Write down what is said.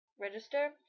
register